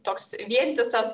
toks vientisas